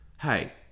Hey